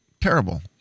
terrible